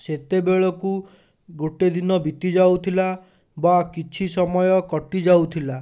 ସେତବେଳକୁ ଗୋଟେ ଦିନ ବିତି ଯାଉଥିଲା ବା କିଛି ସମୟ କଟି ଯାଉଥିଲା